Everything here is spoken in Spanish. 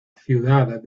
ciudad